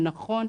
הנכון,